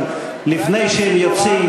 אבל לפני שהם יוצאים,